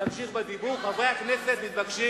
חברי הכנסת מתבקשים